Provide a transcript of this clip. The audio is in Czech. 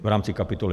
V rámci kapitoly